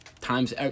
Times